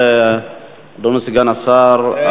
אדוני סגן השר,